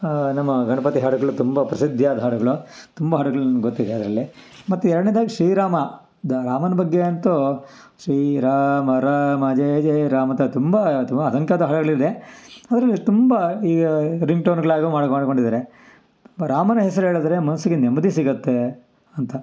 ನಮ್ಮ ಗಣಪತಿ ಹಾಡುಗಳು ತುಂಬ ಪ್ರಸಿದ್ಧಿಯಾದ ಹಾಡುಗಳು ತುಂಬ ಹಾಡುಗ್ಳು ಗೊತ್ತಿದೆ ಅದರಲ್ಲಿ ಮತ್ತು ಎರ್ಡ್ನೇದಾಗಿ ಶೀರಾಮ ದ ರಾಮನ ಬಗ್ಗೆ ಅಂತೂ ಶ್ರೀರಾಮ ರಾಮ ಜಯ ಜಯ್ ರಾಮ್ ಅಂತ ತುಂಬ ತುಂಬ ಅಲಂಕೃತ ಹಾಡುಗಳಿದೆ ಅದರಲ್ಲಿ ತುಂಬ ಈಗ ರಿಂಗ್ಟೋನ್ಗಳಾಗೂ ಮಾಡಿ ಮಾಡಿಕೊಂಡಿದ್ದಾರೆ ರಾಮನ ಹೆಸರೇಳಿದ್ರೆ ಮನಸ್ಸಿಗೆ ನೆಮ್ಮದಿ ಸಿಗುತ್ತೆ ಅಂತ